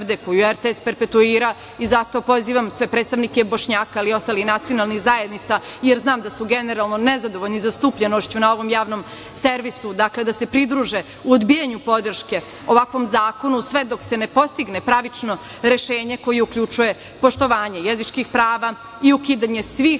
koju RTS perpetuira i zato pozivam sve predstavnike Bošnjaka, ali i ostalih nacionalnih zajednica, jer znam da su generalno nezadovoljni zastupljenošću na ovom Javnom servisu, dakle, da se pridruže u odbijanju podrške ovakvom zakonu sve dok se ne postigne pravično rešenje koje uključuje poštovanje jezičkih prava i ukidanje svih